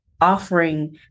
offering